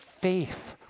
faith